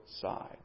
side